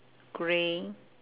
grey